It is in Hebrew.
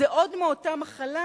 זה עוד מאותה מחלה.